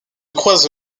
croise